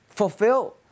Fulfill